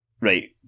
right